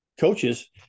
coaches